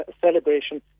celebration